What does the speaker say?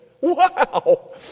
Wow